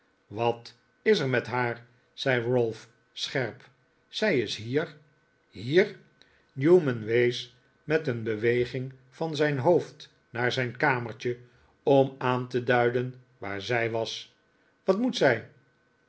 wat is er met haar zei ralph scherp zij is hier hier newman wees met een beweging van zijn hoofd naar zijn kamertje om aan te duiden dat zij daar was wat moet zij